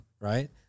right